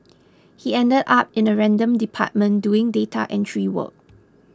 he ended up in a random department doing data entry work